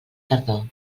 tardor